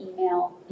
email